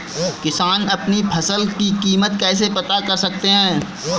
किसान अपनी फसल की कीमत कैसे पता कर सकते हैं?